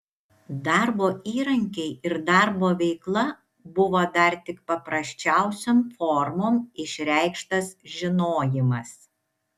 darbo įrankiai ir darbo veikla buvo dar tik paprasčiausiom formom išreikštas žinojimas